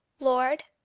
lord,